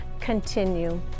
continue